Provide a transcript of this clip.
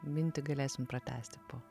mintį galėsim pratęsti po